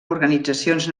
organitzacions